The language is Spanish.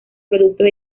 productos